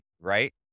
right